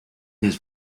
his